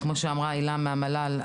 כמו שאמרה הילה מהמל"ל,